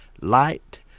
Light